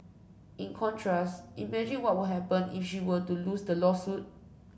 in contrast imagine what would happen if she were to lose the lawsuit